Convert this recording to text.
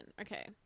Okay